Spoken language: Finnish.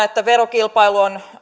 että verokilpailu on